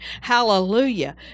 Hallelujah